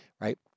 right